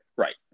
Right